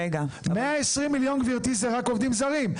120 מיליון, גברתי, זה רק עובדים זרים.